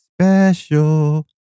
special